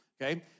okay